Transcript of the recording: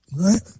Right